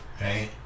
Right